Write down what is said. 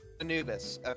Anubis